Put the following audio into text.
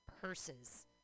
purses